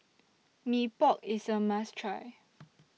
Mee Pok IS A must Try